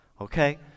Okay